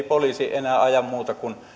poliisi enää aja muuta kuin